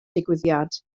digwyddiad